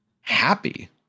happy